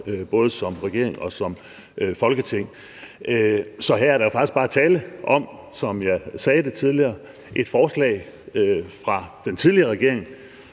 både som regering og som Folketing. Så her er der jo faktisk bare tale om, som jeg sagde tidligere, et forslag fra den tidligere regering,